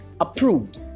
approved